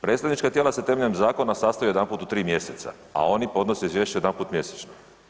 Predstavnička tijela se temeljem zakona sastaju jedanput u 3 mj. a oni podnose izvješće jedanput mjesečno.